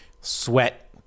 sweat